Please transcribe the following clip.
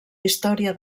història